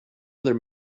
other